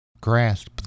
grasp